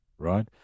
Right